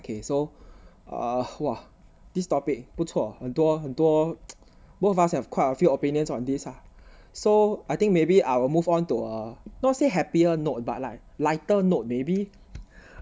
okay so uh !wah! this topic 不错很多很多 both of us have quite a few opinions on this ah so I think maybe our move on to a not say happier note but like lighter note maybe